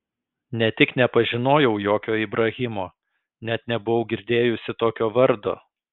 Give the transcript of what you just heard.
ne tik nepažinojau jokio ibrahimo net nebuvau girdėjusi tokio vardo